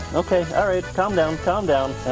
okay, alright, calm down, calm down